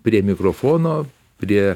prie mikrofono prie